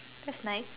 that's nice